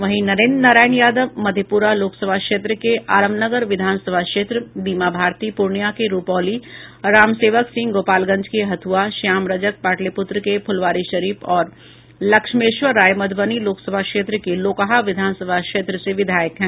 वहीं नरेंद्र नारायण यादव मधेपुरा लोकसभा क्षेत्र के आलमनगर विधानसभा क्षेत्र बीमा भारती पूर्णिया के रूपौली रामसेवक सिंह गोपालगंज के हथुआ श्याम रजक पाटलीपुत्र के फुलवारीशरीफ और लक्ष्मेश्वर राय मधुबनी लोकसभा क्षेत्र के लौकहा विधानसभा क्षेत्र से विधायक हैं